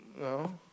No